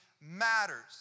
matters